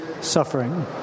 suffering